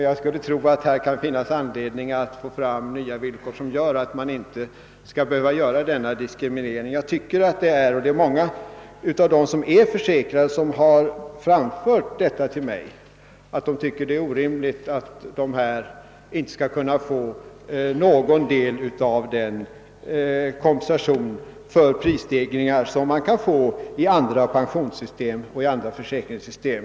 Jag skulle tro att det kan finnas anledning att skapa nya villkor som undanröjer denna diskriminering. Många av dem som är försäkrade har sagt till mig att de tycker det är orimligt att det inte skall vara möjligt att ge den kompensation för prisstegringar som går att få i andra pensionsoch försäkringssystem.